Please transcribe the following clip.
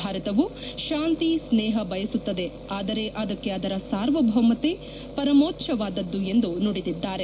ಭಾರತವೂ ಶಾಂತಿ ಸ್ನೇಪ ಬಯಸುತ್ತದೆ ಆದರೆ ಅದಕ್ಕೆ ಅದರ ಸಾರ್ವಭೌಮತೆ ಪರಮೋಚ್ವವಾದದ್ದು ಎಂದು ನುಡಿದಿದ್ದಾರೆ